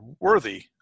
worthy